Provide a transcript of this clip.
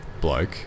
bloke